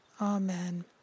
Amen